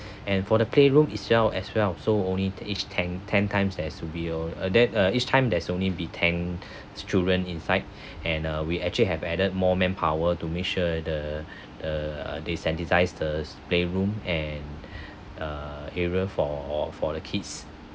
and for the playroom itself as well so only each ten ten times as we'll uh that uh each time there's only be ten children inside and uh we actually have added more manpower to make sure the uh they sanitized the playroom and uh area for for the kids